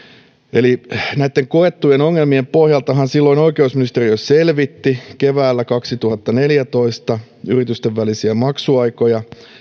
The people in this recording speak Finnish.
näitten koettujen ongelmien pohjaltahan oikeusministeriö selvitti silloin keväällä kaksituhattaneljätoista yritysten välisiä maksuaikoja